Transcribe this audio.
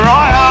Right